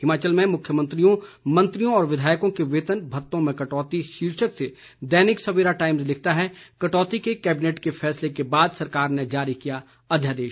हिमाचल में मुख्यमंत्रियों मंत्रियों व विधायकों के वेतन भत्तों में कटौती शीर्षक से दैनिक सवेरा टाइम्स लिखता है कटौती के कैबिनेट के फैसले के बाद सरकार ने जारी किया अध्यादेश